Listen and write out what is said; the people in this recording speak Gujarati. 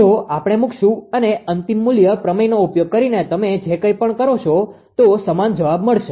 જો આપણે મુકશુ અને અંતિમ મૂલ્ય પ્રમેયનો ઉપયોગ કરીને તમે જે કઈ પણ કરશો તો સમાન જવાબ મળશે